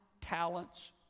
talents